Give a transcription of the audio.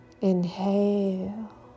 Inhale